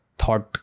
thought